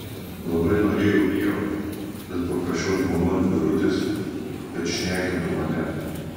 labai norėjau miego tad paprašiau žmonos birutės kad šnekintų mane